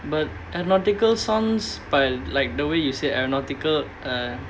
but aeronautical sounds but like the way you say aeronautical uh